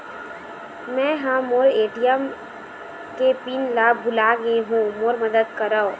मै ह मोर ए.टी.एम के पिन ला भुला गे हों मोर मदद करौ